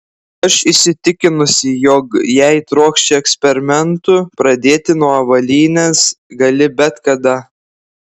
aš įsitikinusi jog jei trokšti eksperimentų pradėti nuo avalynės gali bet kada